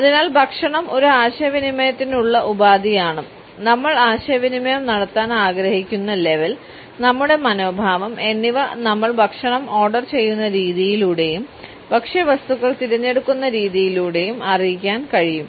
അതിനാൽ ഭക്ഷണം ഒരു ആശയവിനിമയത്തിനുള്ള ഉപാധിയാണ് നമ്മൾ ആശയവിനിമയം നടത്താൻ ആഗ്രഹിക്കുന്ന ലെവൽ നമ്മുടെ മനോഭാവം എന്നിവ നമ്മൾ ഭക്ഷണം ഓർഡർ ചെയ്യുന്ന രീതിയിലൂടെയും ഭക്ഷ്യവസ്തുക്കൾ തിരഞ്ഞെടുക്കുന്ന രീതിയിലൂടെയും അറിയിക്കാൻ കഴിയും